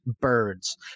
birds